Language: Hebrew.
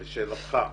לשאלתך.